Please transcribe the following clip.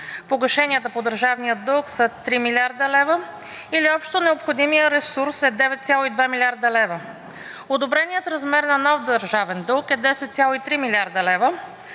погашенията по държавния дълг са 3 млрд. лв., или общо необходимият ресурс е 9,2 млрд. лв. Одобреният размер на нов държавен дълг е 10,3 млрд. лв.,